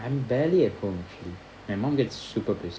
I'm barely at home actually my mom gets super pissed